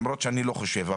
למרות שאני לא חושב,